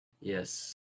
Yes